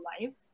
life